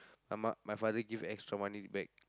my mum my father give extra money back